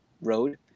road